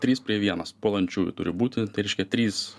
trys prie vienas puolančiųjų turi būti tai reiškia trys